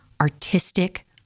artistic